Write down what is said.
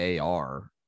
AR